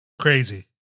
Crazy